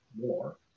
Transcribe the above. more